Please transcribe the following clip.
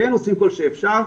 הם עושים כל שאפשר,